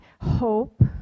hope